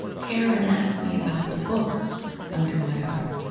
karen asked me about the book under my arm.